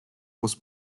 was